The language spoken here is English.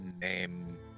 name